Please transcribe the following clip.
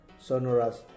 sonorous